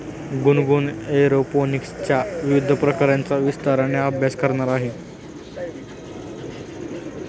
गुनगुन एरोपोनिक्सच्या विविध प्रकारांचा विस्ताराने अभ्यास करणार आहे